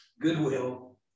goodwill